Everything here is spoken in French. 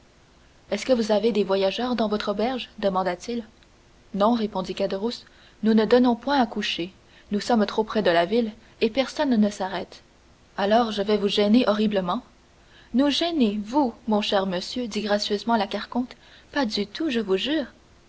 est-ce que vous avez des voyageurs dans votre auberge demanda-t-il non répondit caderousse nous ne donnons point à coucher nous sommes trop près de la ville et personne ne s'arrête alors je vais vous gêner horriblement nous gêner vous mon cher monsieur dit gracieusement la carconte pas du tout je vous jure